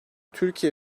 türkiye